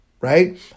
right